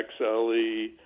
XLE